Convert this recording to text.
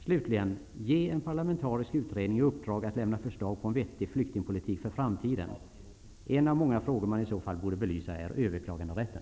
Slutligen: Ge en parlamentarisk utredning i uppdrag att lämna förslag på en vettig flyktingpolitik för framtiden. En av många frågor man i så fall borde belysa är överklaganderätten.